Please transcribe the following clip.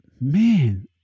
man